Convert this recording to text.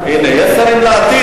יש שרים לעתיד,